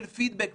של פידבק,